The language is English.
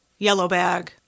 Yellowbag